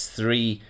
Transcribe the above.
three